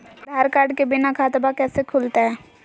आधार card के बिना खाताबा कैसे खुल तय?